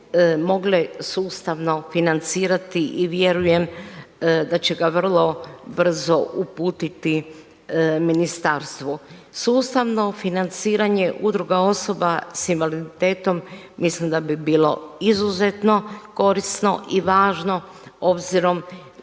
sustavno financirati i vjerujem da će ga vrlo brzo uputiti ministarstvu. Sustavno financiranje udruga osoba sa invaliditetom mislim da bi bilo izuzetno korisno i važno obzirom